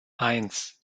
eins